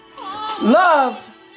Love